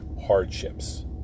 hardships